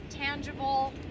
tangible